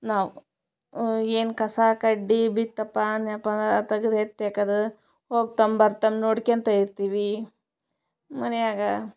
ನಾವು ಏನು ಕಸ ಕಡ್ಡಿ ಬಿತ್ತಪ್ಪ ಅನ್ಯಪ ಅಂದ್ರೆ ತೆಗದು ಎತ್ಯಾಕದ ಹೋಗ್ತ ಬರ್ತ ನೋಡಿಕೊಂತ ಇರ್ತೀವಿ ಮನೆಯಾಗ